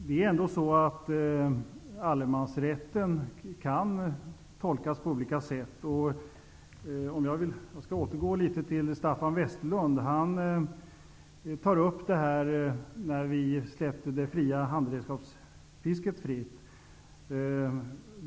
Herr talman! Allemansrätten kan tolkas på olika sätt. Jag återgår till det som Staffan Westerlund sade när vi släppte det fria handredskapsfisket fritt.